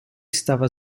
stava